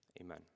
Amen